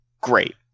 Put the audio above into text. great